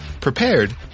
prepared